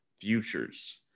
futures